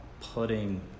putting